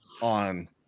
on